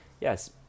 yes